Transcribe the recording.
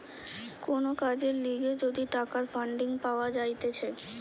কোন কাজের লিগে যদি টাকার ফান্ডিং পাওয়া যাইতেছে